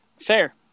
Fair